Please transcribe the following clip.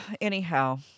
anyhow